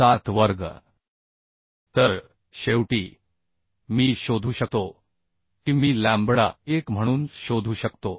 1407 वर्ग तर शेवटी मी शोधू शकतो की मी लॅम्बडा e 1 म्हणून शोधू शकतो